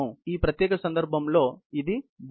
ఈ ప్రత్యేక సందర్భంలో ఇది బాడీ